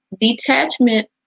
Detachment